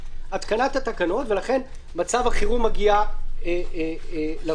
ולכן מצב החירום מגיע לוועדה,